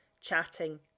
chatting